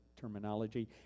terminology